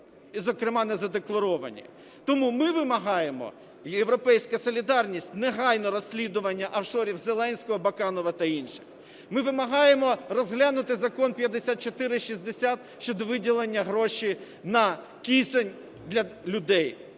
і, зокрема, незадекларовані. Тому ми вимагаємо, "Європейська солідарність", негайно розслідування офшорів Зеленського, Баканова та інших. Ми вимагаємо розглянути Закон 5460 щодо виділення грошей на кисень для людей.